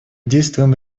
действуем